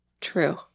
True